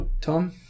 tom